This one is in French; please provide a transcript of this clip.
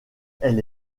elle